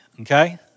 okay